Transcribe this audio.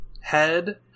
head